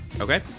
Okay